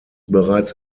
bereits